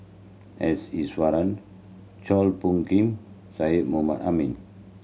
S Iswaran Chua Phung Kim Syed Mohamed Ahmed